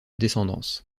descendance